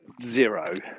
zero